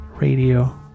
Radio